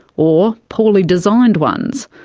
or poorly designed ones.